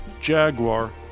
Jaguar